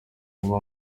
uba